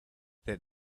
that